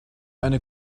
eine